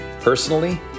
Personally